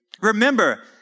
Remember